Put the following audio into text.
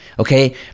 okay